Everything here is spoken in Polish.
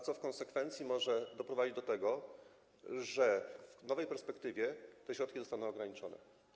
Co w konsekwencji może doprowadzić do tego, że w nowej perspektywie te środki zostaną ograniczone.